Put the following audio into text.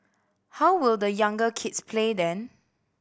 how will the younger kids play then